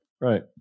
right